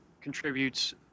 contributes